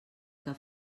que